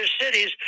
cities